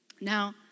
Now